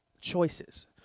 choices